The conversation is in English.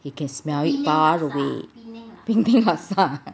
you can smell it all the way penang laksa